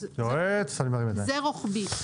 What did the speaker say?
זה רוחבי.